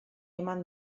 eman